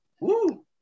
Woo